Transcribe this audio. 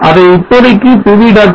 அதை இப்போதைக்கு pv